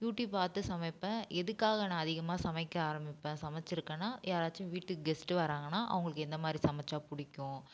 YouTube பார்த்து சமைப்பேன் எதுக்காக நான் அதிகமாக சமைக்க ஆரம்பிப்பேன் சமைச்சிருக்கன்னா யாராச்சும் வீட்டுக்கு கெஸ்ட் வராங்கன்னா அவங்களுக்கு எந்த மாதிரி சமைச்சால் பிடிக்கும்